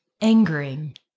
angering